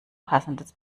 passendes